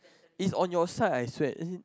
it's on your side I swear as in